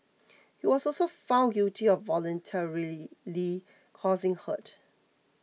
he was also found guilty of voluntarily causing hurt